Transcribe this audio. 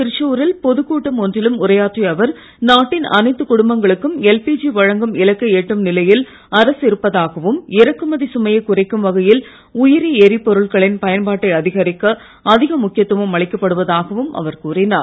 திருச்சூ ரில் பொதுக் கூட்டம் ஒன்றிலும் அவர் உரையாற்றிய அவர் நாட்டின் அனைத்துக் குடும்பங்களுக்கும் எல்பிஜி வழங்கும் இலக்கை எட்டும் நிலையில் அரசு இருப்பதாகவும் இறக்குமதி சுமையைக் குறைக்கும் வகையில் உயிரி எரி பொருட்களின் பயன்பாட்டை அதிகரிக்க அதிக முக்கியத்துவம் அளிக்கப் படுவதாகவும் அவர் கூறினார்